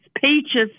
peaches